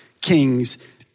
kings